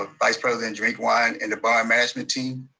ah vice president drinkwine, and the bar management team.